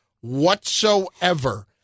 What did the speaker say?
whatsoever